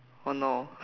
oh no